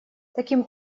таким